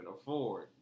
afford